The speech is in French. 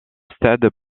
stade